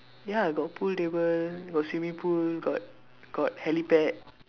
ya got pool table got swimming pool got got helipad